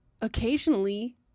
occasionally